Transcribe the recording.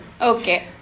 Okay